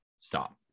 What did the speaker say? Stop